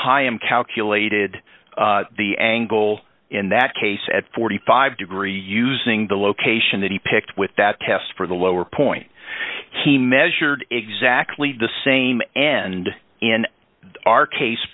heigham calculated the angle in that case at forty five degree using the location that he picked with that test for the lower point he measured exactly the same and in our case